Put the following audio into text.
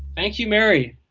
thank you mary